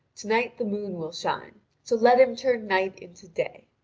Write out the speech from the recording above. to-night the moon will shine so let him turn night into day.